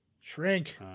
shrink